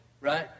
right